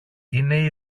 είναι